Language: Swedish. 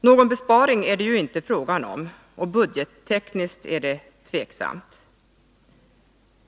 Någon besparing är det ju inte fråga om, och budgettekniskt är det tveksamt.